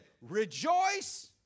rejoice